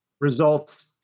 results